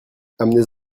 amenez